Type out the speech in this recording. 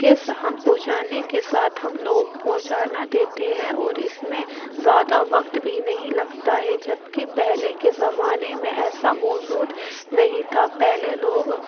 کے ہم پہنچانے کے ساتھ ہم لوگ پہنچانا دیتے ہیں اور اس میں زیادہ وقت بھی نہیں لگتا ہے جب کہ پہلے کے زمانے میں ایسا موجود نہیں تھا پہلے لوگ